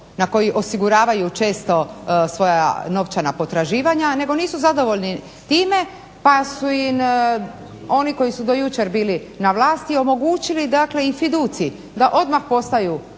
na koju osiguravaju često svoja novčana potraživanja nego nisu zadovoljni time pa su im oni koji su do jučer bili na vlasti omogućili dakle u fiduciju da odmah postaju